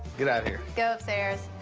get out of here. go upstairs.